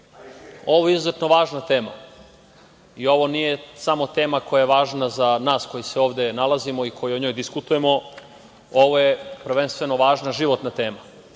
ovo je izuzetno važna tema i ovo nije samo tema koja je važna za nas koji se ovde nalazimo i koji o njoj diskutujemo, ovo je prvenstveno važna životna tema. Na